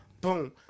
Boom